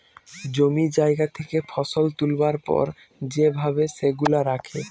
জমি জায়গা থেকে ফসল তুলবার পর যে ভাবে সেগুলা রাখে